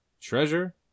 Treasure